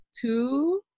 two